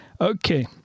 Okay